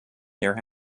there